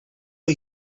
are